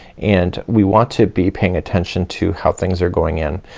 and we want to be paying attention to how things are going in.